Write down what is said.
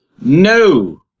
No